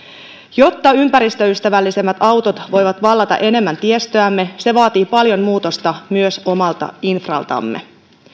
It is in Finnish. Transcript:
jotta ympäristöystävällisemmät autot voivat vallata enemmän tiestöämme se vaatii paljon muutosta myös omalta infraltamme